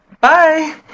Bye